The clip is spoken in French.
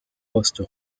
post